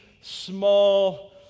small